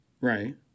right